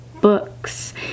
books